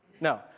No